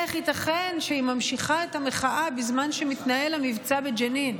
איך ייתכן שהיא ממשיכה את המחאה בזמן שמתנהל המבצע בג'נין.